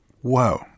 whoa